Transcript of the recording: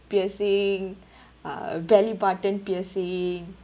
piercing uh belly button piercing